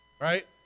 Right